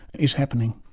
is happening.